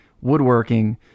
woodworking